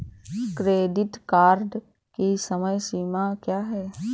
Credit card की समय सीमा क्या है?